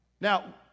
Now